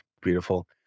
Beautiful